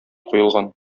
куелган